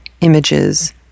images